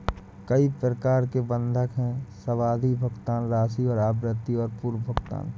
कई प्रकार के बंधक हैं, सावधि, भुगतान राशि और आवृत्ति और पूर्व भुगतान